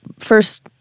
First